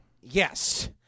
yes